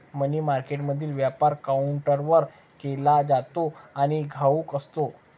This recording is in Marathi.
मनी मार्केटमधील व्यापार काउंटरवर केला जातो आणि घाऊक असतो